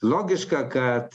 logiška kad